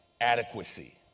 adequacy